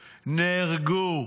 נהרגו,